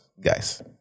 Guys